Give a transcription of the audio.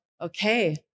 okay